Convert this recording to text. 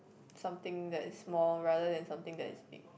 something that is small rather than something that is big